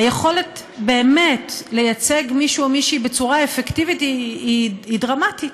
היכולת לייצג מישהו או מישהי בצורה אפקטיבית היא דרמטית.